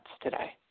today